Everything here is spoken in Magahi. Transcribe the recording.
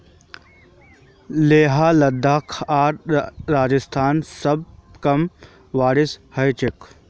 लेह लद्दाख आर राजस्थानत सबस कम बारिश ह छेक